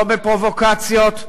לא בפרובוקציות,